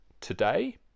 today